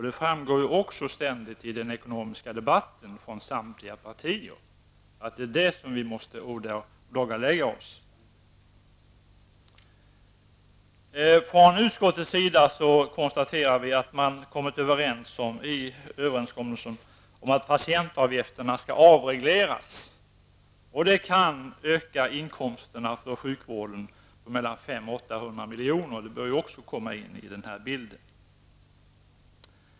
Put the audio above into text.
Det framhålls också ständigt från samtliga partier i den ekonomiska debatten att vi måste ålägga oss återhållsamhet. Från utskottets sida konstaterar vi att man i överenskommelsen kommit överens om att patientavgifterna skall avregleras. Det kan öka inkomsterna för sjukvården på mellan 500 och 800 miljoner. Det hör också till bilden.